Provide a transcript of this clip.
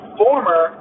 former